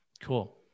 Cool